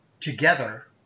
together